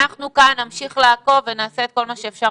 אנחנו כאן נמשיך לעקוב ונעשה את כל מה שאפשר